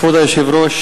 כבוד היושב-ראש,